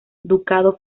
ducado